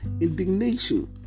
indignation